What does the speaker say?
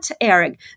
Eric